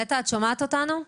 נטע, את שומעת אותנו?